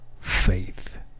faith